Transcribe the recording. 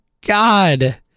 God